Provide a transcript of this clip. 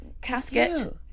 Casket